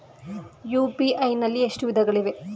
UPI ನಲ್ಲಿ ಎಷ್ಟು ವಿಧಗಳಿವೆ?